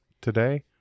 today